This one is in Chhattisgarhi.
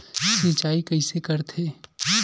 सिंचाई कइसे करथे?